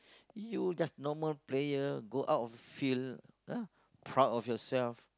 you just normal player go out of field ah proud of yourself